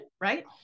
right